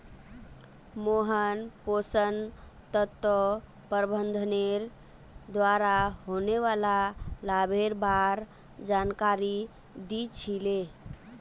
मोहन पोषण तत्व प्रबंधनेर द्वारा होने वाला लाभेर बार जानकारी दी छि ले